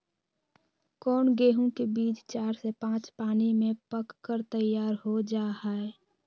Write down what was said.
कौन गेंहू के बीज चार से पाँच पानी में पक कर तैयार हो जा हाय?